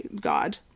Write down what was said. God